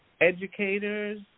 educators